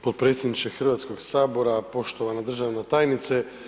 potpredsjedniče Hrvatskog sabora, poštovana državna tajnice.